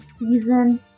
season